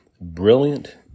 Brilliant